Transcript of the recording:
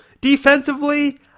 defensively